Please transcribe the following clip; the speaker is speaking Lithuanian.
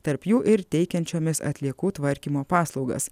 tarp jų ir teikiančiomis atliekų tvarkymo paslaugas